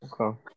okay